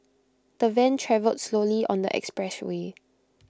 the van travelled slowly on the expressway